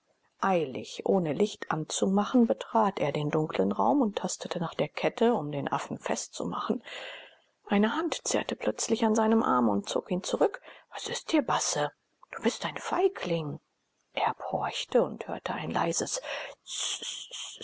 eilig ohne licht anzumachen betrat er den dunklen raum und tastete nach der kette um den affen festzumachen eine hand zerrte plötzlich an seinem arm und zog ihn zurück was ist dir basse du bist ein feigling erb horchte und hörte ein leises